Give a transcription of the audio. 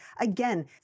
Again